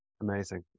Amazing